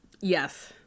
yes